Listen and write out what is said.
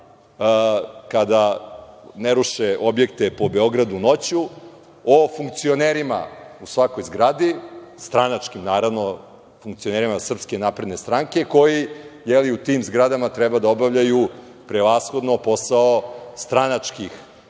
kada ne ruše objekte po Beogradu noću, o funkcionerima u svakoj zgradi, stranačkim, naravno, funkcionerima SNS, koji u tim zgradama treba da obavljaju prevashodno posao stranačkih